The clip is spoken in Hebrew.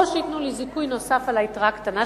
או שייתנו לי זיכוי נוסף על היתרה הקטנה,